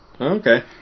okay